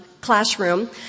classroom